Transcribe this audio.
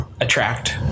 attract